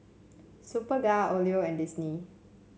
Superga Odlo and Disney